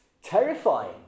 terrifying